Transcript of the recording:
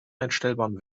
einstellbaren